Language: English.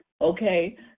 Okay